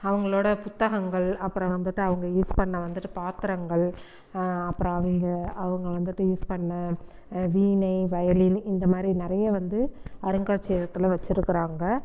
அவங்களோட புத்தகங்கள் அப்புறம் வந்துட்டு அவங்க யூஸ் பண்ண வந்துட்டு பாத்திரங்கள் அப்புறம் அவங்க அவங்க வந்துட்டு யூஸ் பண்ண வீணை வயலின் இந்த மாதிரி நிறைய வந்து அருங்காட்சியகத்தில் வச்சிருக்குறாங்கள்